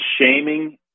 shaming